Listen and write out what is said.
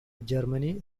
germany